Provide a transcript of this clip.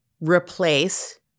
replace